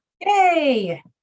Yay